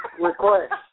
request